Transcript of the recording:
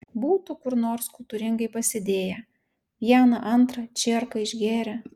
būtų kur nors kultūringai pasėdėję vieną antrą čierką išgėrę